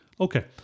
Okay